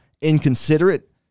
inconsiderate